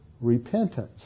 repentance